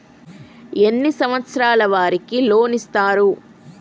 ఎన్ని సంవత్సరాల వారికి లోన్ ఇస్తరు?